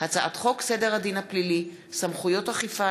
הצעת חוק סדר הדין הפלילי (סמכויות אכיפה,